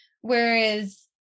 Whereas